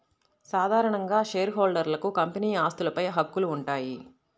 సాధారణ షేర్హోల్డర్లకు కంపెనీ ఆస్తులపై హక్కులు ఉంటాయి